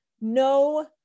no